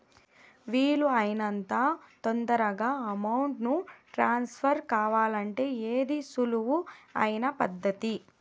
వీలు అయినంత తొందరగా అమౌంట్ ను ట్రాన్స్ఫర్ కావాలంటే ఏది సులువు అయిన పద్దతి